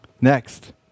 Next